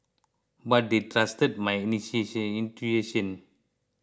but they trusted my intuition